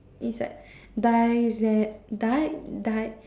is like die Z died died